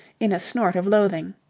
in a snort of loathing.